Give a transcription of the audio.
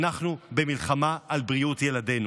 אנחנו במלחמה על בריאות ילדינו.